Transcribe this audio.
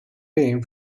been